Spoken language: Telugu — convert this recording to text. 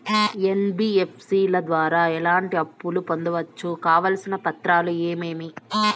ఎన్.బి.ఎఫ్.సి ల ద్వారా ఎట్లాంటి అప్పులు పొందొచ్చు? కావాల్సిన పత్రాలు ఏమేమి?